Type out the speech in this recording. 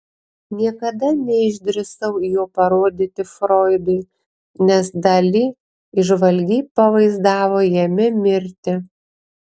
niekada neišdrįsau jo parodyti froidui nes dali įžvalgiai pavaizdavo jame mirtį